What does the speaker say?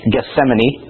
Gethsemane